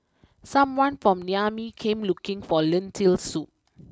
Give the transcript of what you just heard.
someone from Niamey came looking for Lentil Soup